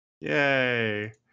Yay